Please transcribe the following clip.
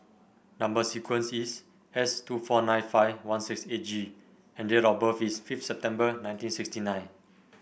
number sequence is S two four nine five one six eight G and date of birth is fifth September nineteen sixty nine